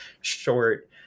short